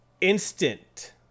instant